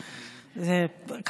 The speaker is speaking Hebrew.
המדע,